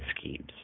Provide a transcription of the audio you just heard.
schemes